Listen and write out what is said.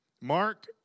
Mark